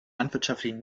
landwirtschaftlichen